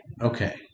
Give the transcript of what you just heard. Okay